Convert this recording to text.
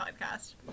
podcast